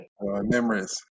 Memories